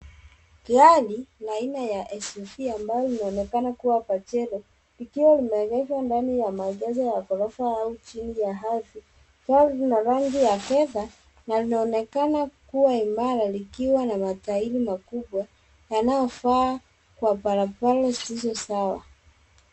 Gari la aina ya SUV ambalo linaonekana kuwa Pajero likiwa limeegeshwa ndani ya maegesho ya ghorofa au chini ya ardhi. Gari hili lina rangi ya fedha na linaonekana kuwa imara likiwa na matairi makubwa yanayofaa kwa barabara zisizo sawa.